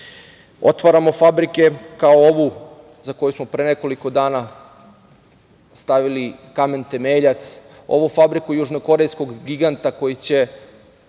Otvaramo fabrike, kao ovu za koju smo pre nekoliko dana stavili kamen temeljac, ovu fabriku južnokorejskog giganta koji će